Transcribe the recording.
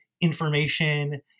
information